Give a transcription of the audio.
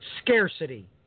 Scarcity